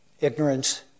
ignorance